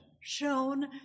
shown